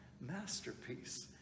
masterpiece